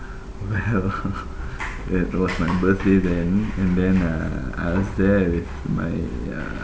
well it was my birthday then and then uh I was there with my uh